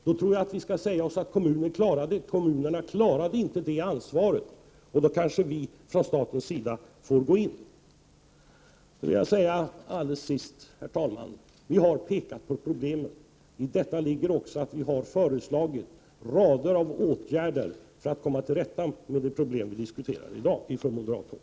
Vi måste konstatera att kommunerna inte klarar det ansvaret, och då kanske vi får gå in från statens sida. Vi har från moderat håll pekat på problemen. I det ligger också att vi har föreslagit rader av åtgärder för att komma till rätta med de problem som diskuteras här i dag.